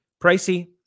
Pricey